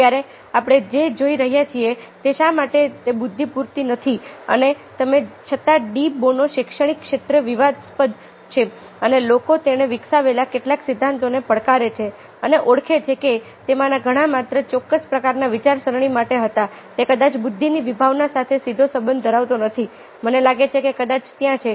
અત્યારે આપણે જે જોઈ રહ્યા છીએ તે શા માટે તે બુદ્ધિ પૂરતી નથી અને તેમ છતાં ડી બોનો શૈક્ષણિક ક્ષેત્રે વિવાદાસ્પદ છે અને લોકો તેણે વિકસાવેલા કેટલાક સિદ્ધાંતોને પડકારે છે અને ઓળખે છે કે તેમાંના ઘણા માત્ર ચોક્કસ પ્રકારના વિચારસરણી માટે હતા તે કદાચ બુદ્ધિની વિભાવના સાથે સીધો સંબંધ ધરાવતો નથી મને લાગે છે કે કદાચ ત્યાં છે